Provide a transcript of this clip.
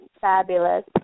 fabulous